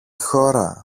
χώρα